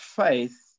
faith